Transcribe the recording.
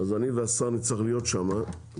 אני והשר נצטרך להיות שם,